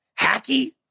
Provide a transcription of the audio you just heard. hacky